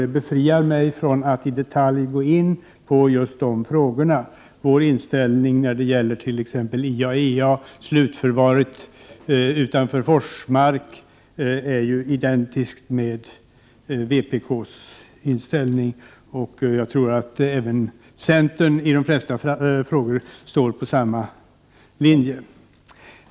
Det befriar mig från att i detalj gå in på just de frågorna. Vår inställning när det gäller t.ex. IAEA och slutförvaret utanför Forsmark är identisk med vpk:s inställning, och jag tror att centerpartiet har samma linje när det gäller de flesta av dessa frågor.